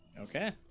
Okay